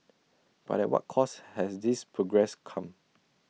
but at what cost has this progress come